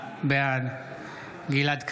בעד גלעד קריב,